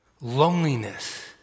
loneliness